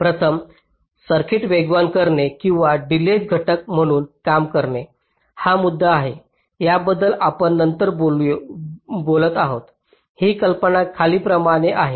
प्रथम सर्किट वेगवान करणे किंवा डिलेज घटक म्हणून काम करणे हा मुद्दा आहे ज्याबद्दल आपण नंतर नंतर बोलत आहोत ही कल्पना खालीलप्रमाणे आहे